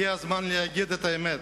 הגיע הזמן להגיד את האמת,